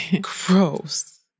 Gross